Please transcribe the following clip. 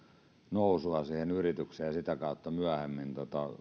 nousua siihen yritykseen ja sitä kautta myöhemmin